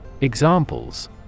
Examples